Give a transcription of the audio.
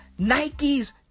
Nikes